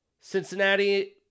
Cincinnati